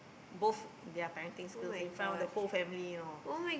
both their parenting skill in front of the whole family you know